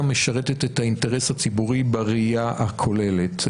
משרתת את האינטרס הציבורי בראייה הכוללת.